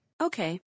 Okay